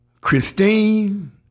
Christine